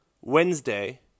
Wednesday